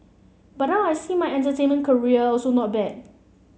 but now I see my entertainment career also not bad